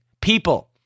People